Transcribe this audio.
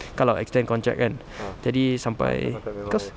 kalau extend contract kan jadi sampai cause